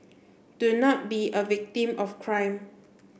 do not be a victim of crime